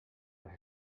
les